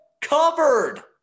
covered